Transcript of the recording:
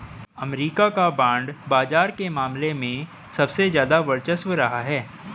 अमरीका का बांड बाजार के मामले में सबसे ज्यादा वर्चस्व रहा है